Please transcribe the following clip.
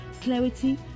clarity